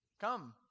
Come